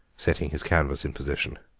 setting his canvas in position.